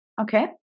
okay